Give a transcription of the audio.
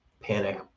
panic